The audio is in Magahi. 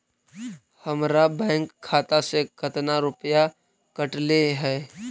हमरा बैंक खाता से कतना रूपैया कटले है?